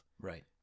Right